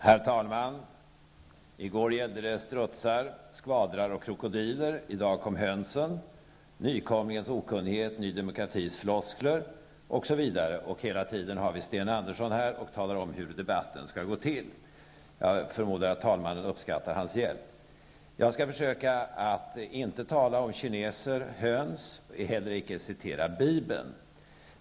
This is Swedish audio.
Herr talman! I går gällde det strutsar, skvadrar och krokodiler, i dag kom hönsen. Det har talats om nykomlingens okunnighet och Ny Demokratis floskler, osv. Hela tiden har vi Sten Andersson i Malmö som talar om hur debatten bör gå till. Jag förmodar att talmannen uppskattar hans hjälp. Jag skall försöka att inte tala om kineser och höns och ej heller citera Bibeln.